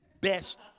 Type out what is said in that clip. Best